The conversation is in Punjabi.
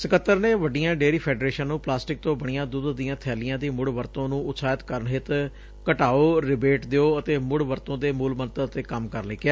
ਸਕੱਤਰ ਨੇ ਵੱਡੀਆਂ ਡੇਅਰੀ ਫੈਡਰੇਸ਼ਨਾਂ ਨੂੰ ਪਲਾਸਟਿਕ ਤੋਂ ਬਣੀਆਂ ਦੁੱਧ ਦੀਆਂ ਬੈਲੀਆਂ ਦੀ ਮੁੜ ਵਰਤੋਂ ਨੂੰ ਉਤਸ਼ਾਹਿਤ ਕਰਨ ਹਿੱਤ ਘਟਾਓ ਰਿਬੇਟ ਦਿਓ ਅਤੇ ਮੁੜ ਵਰਤੋਂ ਦੇ ਮੁਲ ਮੰਤਰ ਤੇ ਕੰਮ ਕਰਨ ਲਈ ਕਿਹਾ